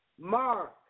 Mark